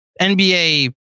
NBA